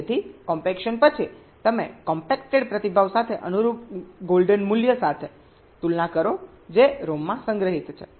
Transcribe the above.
તેથી કોમ્પેક્શન પછી તમે કોમ્પેક્ટેડ પ્રતિભાવ સાથે અનુરૂપ ગોલ્ડન મૂલ્ય સાથે તુલના કરો જે ROM માં સંગ્રહિત છે